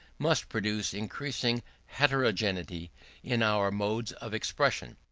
must produce increasing heterogeneity in our modes of expression.